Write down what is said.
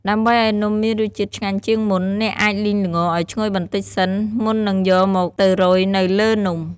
ដើម្បីឱ្យនំមានរសជាតិឆ្ងាញ់ជាងមុន អ្នកអាចលីងល្ងឱ្យឈ្ងុយបន្តិចសិន មុននឹងយកមកទៅរោយនៅលើនំ។